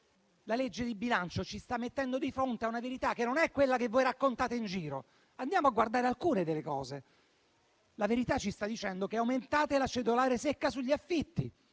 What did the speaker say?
La legge di bilancio ci sta mettendo di fronte a una verità che non è quella che voi raccontate in giro. Andiamo a vederne alcuni, di questi fatti. La verità ci sta dicendo che aumentate la cedolare secca sugli affitti,